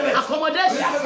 accommodation